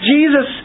Jesus